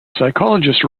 psychologist